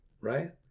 right